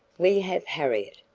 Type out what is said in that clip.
we have harriet,